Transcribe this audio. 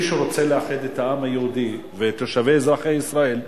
מי שרוצה לאחד את העם היהודי ואת התושבים ואזרחי ישראל,